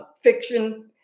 fiction